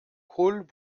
kohl